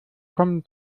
sachen